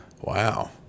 Wow